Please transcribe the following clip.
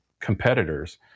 competitors